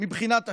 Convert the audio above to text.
מבחינת אשמה,